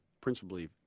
principally